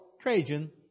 Trajan